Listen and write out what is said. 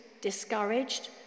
discouraged